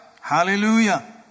Hallelujah